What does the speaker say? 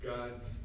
God's